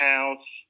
House